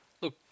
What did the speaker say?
look